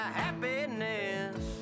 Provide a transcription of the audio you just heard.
happiness